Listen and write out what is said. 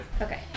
Okay